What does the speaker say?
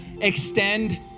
extend